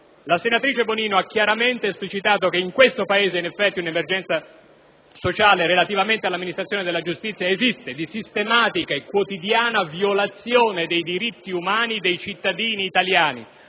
la senatrice Bonino ha chiaramente esplicitato che in questo Paese, in effetti, un'emergenza sociale relativamente all'amministrazione della giustizia esiste, di sistematica e quotidiana violazione dei diritti umani dei cittadini italiani.